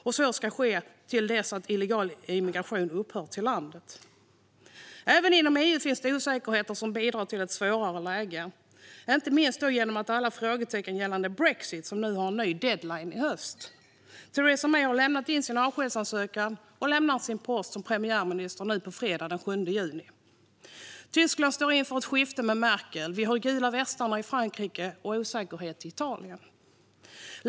Det ska ske till dess att illegal immigration till USA upphör. Även inom EU finns osäkerheter som bidrar till ett svårare läge, inte minst på grund av alla frågetecken gällande brexit som har ny deadline i höst. Theresa May har lämnat in sin avskedsansökan och lämnar sin post som premiärminister nu på fredag, den 7 juni. Tyskland står inför ett skifte med Merkel. Frankrike har gula västarna, och det råder osäkerhet i Italien.